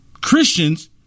Christians